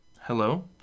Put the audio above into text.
Hello